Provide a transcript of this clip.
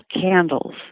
candles